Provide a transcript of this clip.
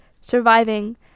surviving